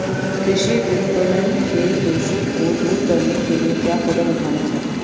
कृषि विपणन के दोषों को दूर करने के लिए क्या कदम उठाने चाहिए?